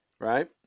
right